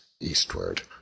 eastward